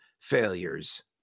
failures